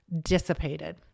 dissipated